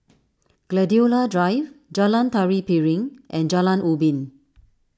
Gladiola Drive Jalan Tari Piring and Jalan Ubin